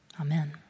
Amen